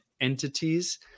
entities